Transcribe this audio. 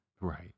right